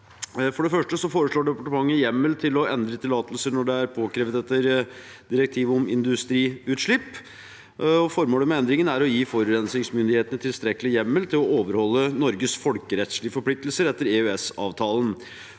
For det første foreslår departementet hjemmel til å endre tillatelser når det er påkrevd etter direktivet om industriutslipp, og formålet med endringen er å gi forurensningsmyndighetene tilstrekkelig hjemmel til å overholde Norges folkerettslige forpliktelser etter EØSavtalen.